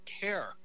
care